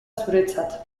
zuretzat